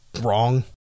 wrong